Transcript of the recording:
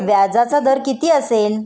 व्याजाचा दर किती असेल?